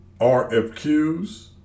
RFQs